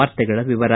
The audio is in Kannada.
ವಾರ್ತೆಗಳ ವಿವರ